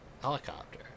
Helicopter